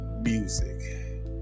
Music